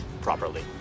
properly